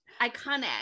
Iconic